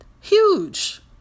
Huge